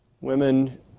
Women